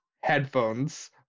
headphones